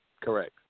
Correct